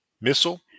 Missile